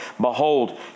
Behold